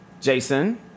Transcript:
jason